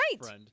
Right